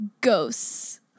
ghosts